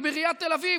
בעיריית תל אביב,